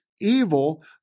Evil